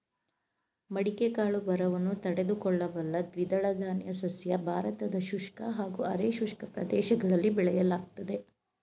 ಮಡಿಕೆ ಕಾಳು ಬರವನ್ನು ತಡೆದುಕೊಳ್ಳಬಲ್ಲ ದ್ವಿದಳಧಾನ್ಯ ಸಸ್ಯ ಭಾರತದ ಶುಷ್ಕ ಹಾಗೂ ಅರೆ ಶುಷ್ಕ ಪ್ರದೇಶಗಳಲ್ಲಿ ಬೆಳೆಯಲಾಗ್ತದೆ